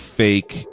fake